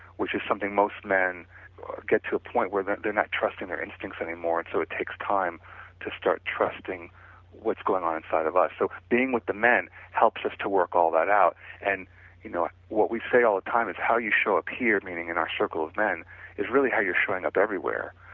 which is something most men get to a point where they're they're not trusting their instincts anymore, so it takes time to start trusting what's going um inside of us so, being with the men helps us to work all that out and you know what we say all the time is how you show a peer meeting in our circle of men is really how you're showing up everywhere.